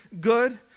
good